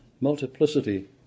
multiplicity